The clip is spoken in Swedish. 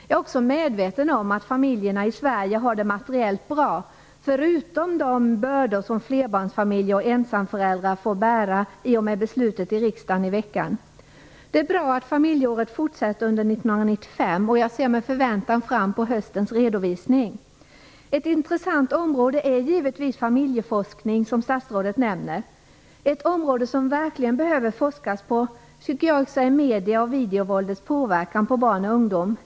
Jag är också medveten om att familjerna i Sverige har det materiellt bra - förutom de bördor som flerbarnsfamiljer och ensamstående föräldrar får bära i och med beslutet i riksdagen i veckan. Det är bra att familjeåret fortsätter under 1995, och jag ser med förväntan fram mot höstens redovisning. Ett intressant område är givetvis familjeforskning, som statsrådet nämnde. Ett område som det verkligen behöver forskas på är medie och videovåldets påverkan på barn och ungdom.